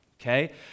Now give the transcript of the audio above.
okay